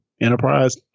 Enterprise